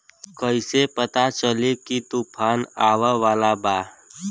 कइसे पता चली की तूफान आवा वाला बा?